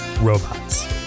Robots